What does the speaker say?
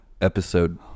episode